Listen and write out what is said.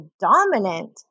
dominant